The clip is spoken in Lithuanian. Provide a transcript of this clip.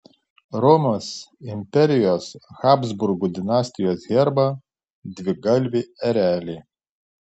romos imperijos habsburgų dinastijos herbą dvigalvį erelį